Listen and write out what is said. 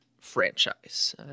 franchise